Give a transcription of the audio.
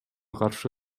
каршы